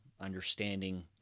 understanding